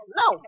no